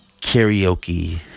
karaoke